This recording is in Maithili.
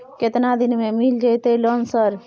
केतना दिन में मिल जयते लोन सर?